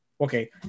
Okay